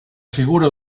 figura